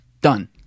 Done